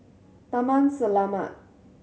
Taman Selamat